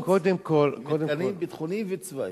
חוץ ממתקנים ביטחוניים וצבאיים.